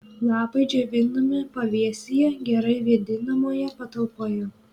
lapai džiovinami pavėsyje gerai vėdinamoje patalpoje